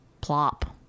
plop